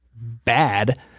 bad